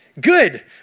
Good